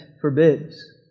forbids